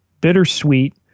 bittersweet